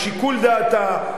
בשיקול דעתה,